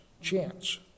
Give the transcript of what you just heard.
chance